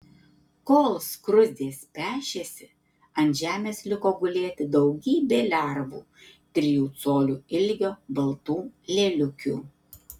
kol skruzdės pešėsi ant žemės liko gulėti daugybė lervų trijų colių ilgio baltų lėliukių